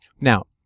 Now